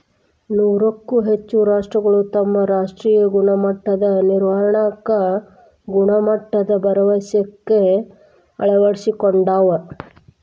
ನೂರಕ್ಕೂ ಹೆಚ್ಚ ರಾಷ್ಟ್ರಗಳು ತಮ್ಮ ರಾಷ್ಟ್ರೇಯ ಗುಣಮಟ್ಟದ ನಿರ್ವಹಣಾಕ್ಕ ಗುಣಮಟ್ಟದ ಭರವಸೆಕ್ಕ ಅಳವಡಿಸಿಕೊಂಡಾವ